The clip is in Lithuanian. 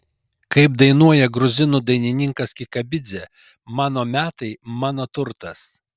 kaip dainuoja gruzinų dainininkas kikabidzė mano metai mano turtas